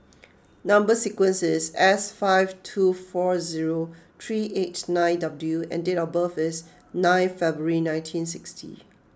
Number Sequence is S five two four zero three eight nine W and date of birth is nine February nineteen sixty